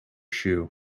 shoe